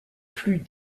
plus